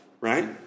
right